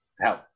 help